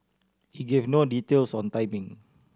he gave no details on timing